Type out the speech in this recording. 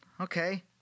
Okay